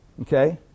Okay